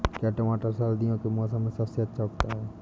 क्या टमाटर सर्दियों के मौसम में सबसे अच्छा उगता है?